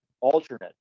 alternate